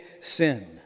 sin